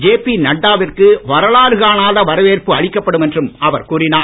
JP நட்டாவிற்கு வரலாறு காணாத வரவேற்பு அளிக்கப்படும் என்றும் அவர் கூறினார்